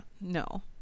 No